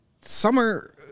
summer